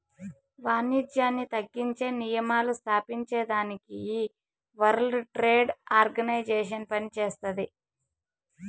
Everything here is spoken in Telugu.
వానిజ్యాన్ని తగ్గించే నియమాలు స్తాపించేదానికి ఈ వరల్డ్ ట్రేడ్ ఆర్గనైజేషన్ పనిచేస్తాది